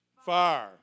fire